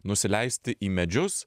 nusileisti į medžius